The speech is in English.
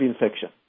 infection